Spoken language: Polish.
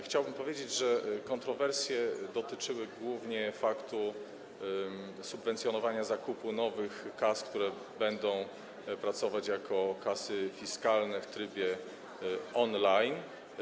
Chciałbym powiedzieć, że kontrowersje dotyczyły głównie faktu subwencjonowania zakupu nowych kas, które będą pracować jako kasy fiskalne w trybie on-line.